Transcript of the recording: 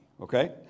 okay